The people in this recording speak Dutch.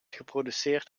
geproduceerd